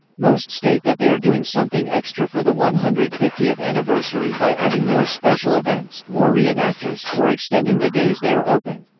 most state that they are doing something extra for the one hundred and fiftieth anniversary by adding more special events, more re-enactors, or extending the days they are open.